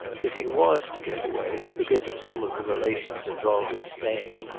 if he was to get away because of some of the relations involved in staying,